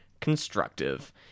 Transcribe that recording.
constructive